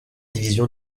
division